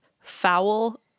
foul